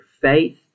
faith